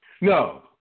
No